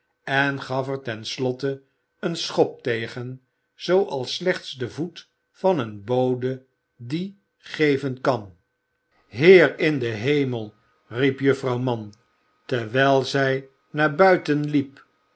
en gaf er ten slotte een schop tegen zooals slechts de voet van een bode dien geven kan heer in den hemel riep juffrouw mann terwijl zij naar buiten liep